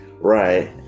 Right